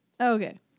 Okay